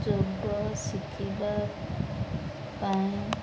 ଯୋଗ ଶିଖିବା ପାଇଁ